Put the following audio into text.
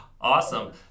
Awesome